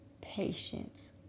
patience